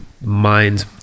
mind